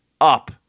up